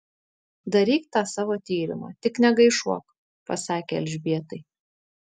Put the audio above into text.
daryk tą savo tyrimą tik negaišuok pasakė elžbietai